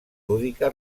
lúdica